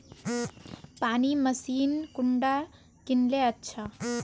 पानी मशीन कुंडा किनले अच्छा?